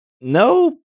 No